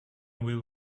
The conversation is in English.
will